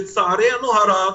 לצערנו הרב,